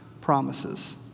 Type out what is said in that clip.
promises